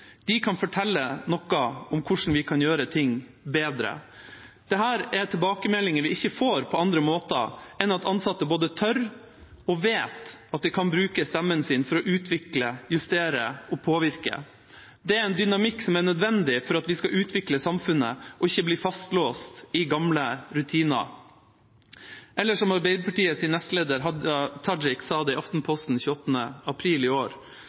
De kan fortelle noe om hvordan vi kan gjøre ting bedre. Dette er tilbakemeldinger vi ikke får på andre måter enn at ansatte både tør og vet at de kan bruke stemmen sin for å utvikle, justere og påvirke. Det er en dynamikk som er nødvendig for at vi skal utvikle samfunnet og ikke bli fastlåst i gamle rutiner. Eller som Arbeiderpartiets nestleder Hadia Tajik sa det i Aftenposten 28. april i år: